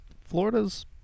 Florida's –